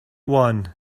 one